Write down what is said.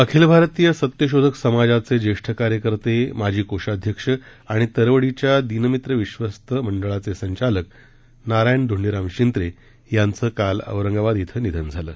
अखिल भारतीय सत्यशोधक समाजाचे ज्येष्ठ कार्यकर्ते माजी कोषाध्यक्ष आणि तरवडीच्या दीनमित्र विश्वस्त मंडळा चे संचालक नारायण धोंडिराम शिंत्रे यांच काल औरंगाबाद इथं निधन झालं